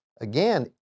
Again